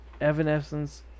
Evanescence